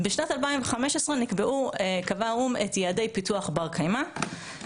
ובשנת 2015 קבע האו"ם את יעדי פיתוח בר קיימא,